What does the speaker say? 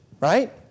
right